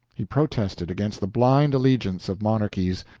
he protested against the blind allegiance of monarchies.